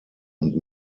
und